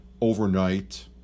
overnight